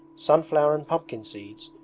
sunflower and pumpkin seeds,